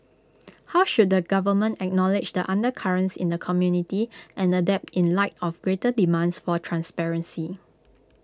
how should the government acknowledge the undercurrents in the community and adapt in light of greater demands for transparency